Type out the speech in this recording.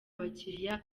abakiriya